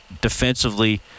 defensively